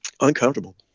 uncomfortable